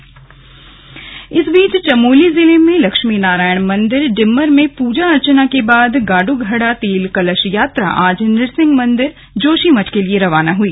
गाड़ू घड़ा रवाना इस बीच चमोली जिले में लक्ष्मी नारायण मंदिर डिम्मर में पूजा अर्चना के बाद गाड़ू घड़ा तेल कलश यात्रा आज नृसिंह मंदिर जोशीमठ के लिए रवाना हुई